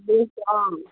অঁ